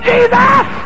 Jesus